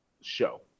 show